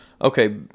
Okay